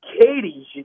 Katie's